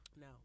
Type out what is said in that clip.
No